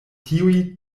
tiuj